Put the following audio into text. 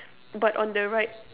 but on the right